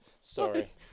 Sorry